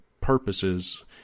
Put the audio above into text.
purposes